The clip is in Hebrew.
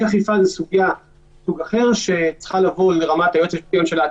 סליחה על הביטוי הזה,